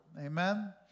Amen